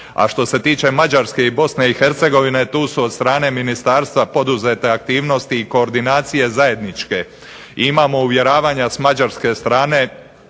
A što se tiče Mađarske i Bosne i Hercegovine, tu su od strane ministarstva poduzete aktivnosti i koordinacije zajedničke. Imamo uvjeravanja s mađarske strane